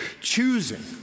choosing